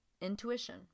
intuition